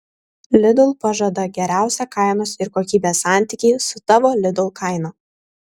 lidl pažada geriausią kainos ir kokybės santykį su tavo lidl kaina